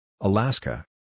Alaska